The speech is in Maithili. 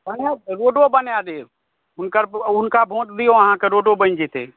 रोडो बना देत हुनका वोट दियौ अहाँके रोडो बनि जेतै